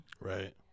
Right